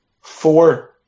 four